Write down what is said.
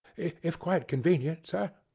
if quite convenient, sir.